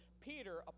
Peter